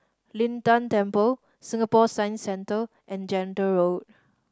Lin Tan Temple Singapore Science Centre and Gentle Road